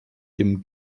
dem